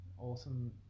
awesome